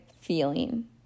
feeling